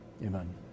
Amen